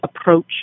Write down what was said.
approach